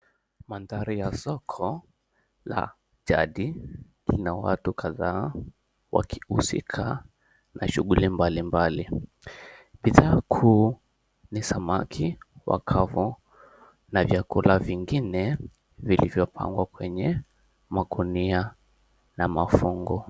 Mandhari ya soko la jadi lina watu kadhaa wakihusika na shughuli mbalimbali, bidhaa kuu ni samaki wakavu na vyakula vingine vilivyopangwa kwenye magunia na mafungu.